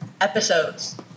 episodes